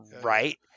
Right